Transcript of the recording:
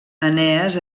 enees